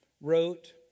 wrote